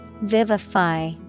Vivify